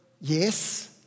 yes